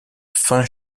fin